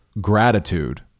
gratitude